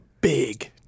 big